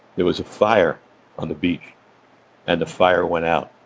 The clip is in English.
there was a fire on the beach and the fire went out.